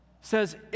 says